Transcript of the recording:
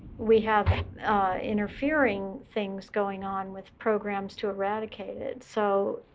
we have interfering things going on with programs to eradicate it. so